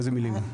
באיזה מילים?